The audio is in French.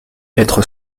être